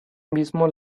mismo